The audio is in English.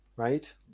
Right